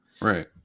Right